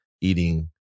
eating